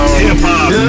hip-hop